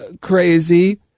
crazy